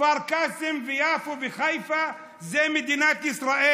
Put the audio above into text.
כפר קאסם ויפו וחיפה זה מדינת ישראל.